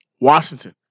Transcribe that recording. Washington